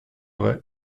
vrai